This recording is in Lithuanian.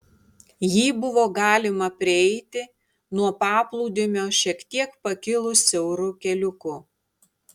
jį buvo galima prieiti nuo paplūdimio šiek tiek pakilus siauru keliuku